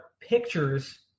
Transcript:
pictures